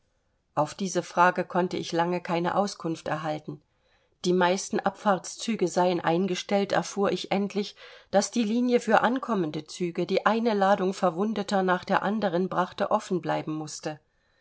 auf diese frage konnte ich lange keine auskunft erhalten die meisten abfahrtszüge seien eingestellt erfuhr ich endlich daß die linie für ankommende züge die eine ladung verwundeter nach der anderen brachte offen bleiben mußte